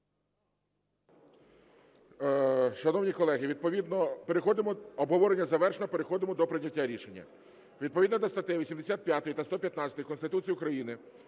Шановні колеги, обговорення завершено, переходимо до прийняття рішення. Відповідно до статей 85 та 115 Конституції України